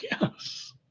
Yes